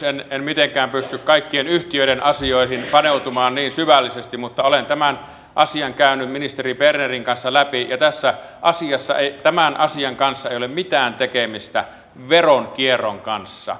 en mitenkään pysty kaikkien yhtiöiden asioihin paneutumaan niin syvällisesti mutta olen tämän asian käynyt ministeri bernerin kanssa läpi ja tällä asialla ei ole mitään tekemistä veronkierron kanssa